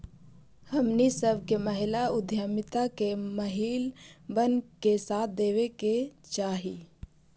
हमनी सब के महिला उद्यमिता में महिलबन के साथ देबे के चाहई